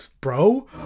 bro